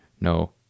No